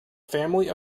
family